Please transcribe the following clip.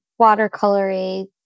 watercolory